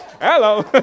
Hello